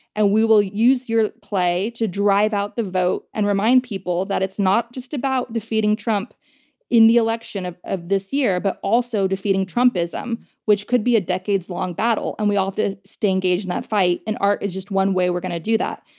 and we will use your play to drive out the vote and remind people that it's not just about defeating trump in the election of of this year, but also defeating trumpism, which could be a decades long battle. and we all have to stay engaged in that fight, and art is just one way we're going to do that.